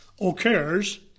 occurs